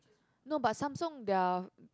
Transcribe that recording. no but Samsung their